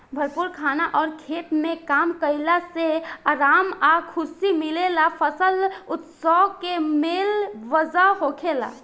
भरपूर खाना अउर खेत में काम कईला से आराम आ खुशी मिलेला फसल उत्सव के मेन वजह होखेला